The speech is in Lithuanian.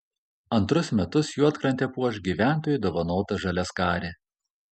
antrus metus juodkrantę puoš gyventojų dovanota žaliaskarė